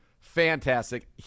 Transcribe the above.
fantastic